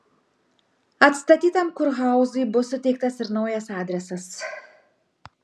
atstatytam kurhauzui bus suteiktas ir naujas adresas